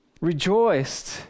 rejoiced